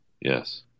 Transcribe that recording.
Yes